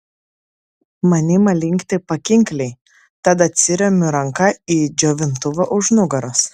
man ima linkti pakinkliai tad atsiremiu ranka į džiovintuvą už nugaros